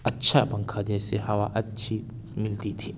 اچھا پنکھا تھا اس سے ہوا اچھی ملتی تھی